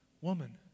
Woman